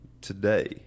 today